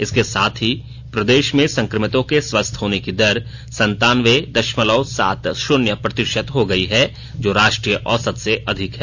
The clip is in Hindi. इसके साथ ही प्रदेश में संक्रमितों के स्वस्थ होने की दर संतानवे दशमलव सात शुन्य प्रतिशत हो गयी है जो राष्ट्रीय औसत से अधिक है